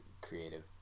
creative